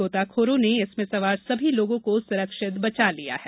गोताखोरों ने इसमें सवार सभी लोगों को सुरक्षित बचा लिया है